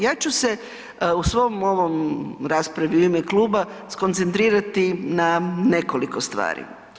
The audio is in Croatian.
Ja ću se u svom ovom raspravi u ime kluba skoncentrirati na nekoliko stvari.